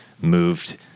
moved